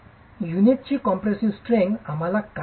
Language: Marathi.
युनिटची कॉम्प्रेसीव स्ट्रेंग्थ आम्हाला काय सांगते